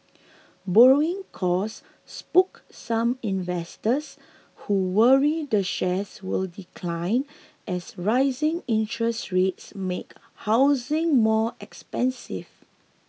borrowing costs spooked some investors who worry the shares will decline as rising interest rates make housing more expensive